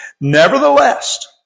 Nevertheless